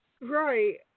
Right